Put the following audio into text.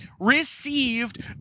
received